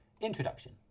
introduction